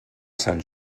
sant